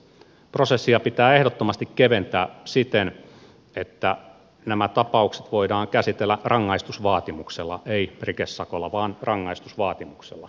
prosessia pitää ehdottomasti keventää siten että nämä tapaukset voidaan käsitellä rangaistusvaatimuksella ei rikesakolla vaan rangaistusvaatimuksella